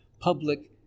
public